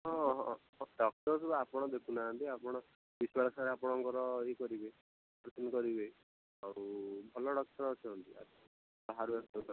ହଁ ହଁ ହଁ ଡକ୍ଟର୍ ଆପଣ ଦେଖୁନାହାନ୍ତି ଆପଣ ବିଶ୍ୱାଳ ସାର୍ ଆପଣଙ୍କର ଇଏ କରିବେ ଅପରେସନ୍ କରିବେ ଆଉ ଭଲ ଡକ୍ଟର୍ ଅଛନ୍ତି ବାହାରୁ ଆସୁଛନ୍ତି ଡକ୍ଟର୍